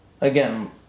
again